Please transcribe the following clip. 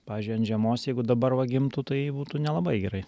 pavyzdžiui ant žemos jeigu dabar va gimtų tai būtų nelabai gerai